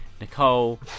Nicole